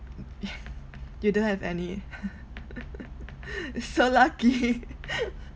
you don't have any you're so lucky